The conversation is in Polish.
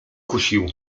kusił